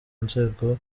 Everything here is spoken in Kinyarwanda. nzego